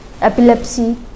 epilepsy